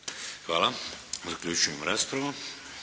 Hvala. Zaključujem raspravu.